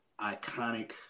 iconic